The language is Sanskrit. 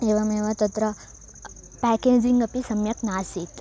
एवमेव तत्र पाकेजिङ्ग् अपि सम्यक् नासीत्